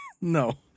No